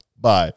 bye